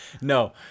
No